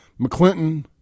McClinton